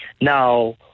Now